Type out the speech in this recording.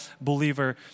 believer